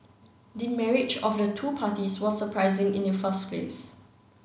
the marriage of the two parties was surprising in the first place